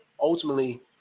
ultimately